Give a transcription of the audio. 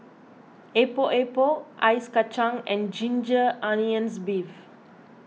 Epok Epok Ice Kacang and Ginger Onions Beef